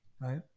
right